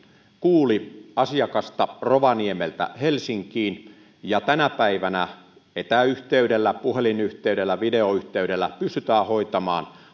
kuuli asiakasta rovaniemeltä helsinkiin tänä päivänä etäyhteydellä puhelinyhteydellä videoyhteydellä pystytään hoitamaan